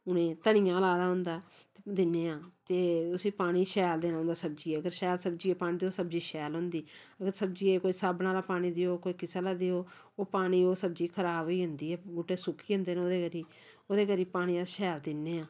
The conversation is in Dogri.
हून एह् धनियां लाए दा होंदा दिन्ने आं ते उसी पानी शैल देना पौंदा सब्जिया गी अगर शैल सब्जी गी पानी देओ सब्जी शैल होंदी अगर सब्जियै गी कोई साबना दा पानी देओ कोई किसे दा देओ ओह् पानी ओह् सब्जी खराब होई जंदी ऐ बूह्टे सुक्की जंदे न ओह्दे करी ओह्दे करी पानी अस शैल दिन्ने आं